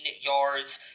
yards